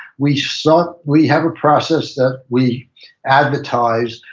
we so we have a process that we advertise,